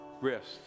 Wrist